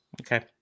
Okay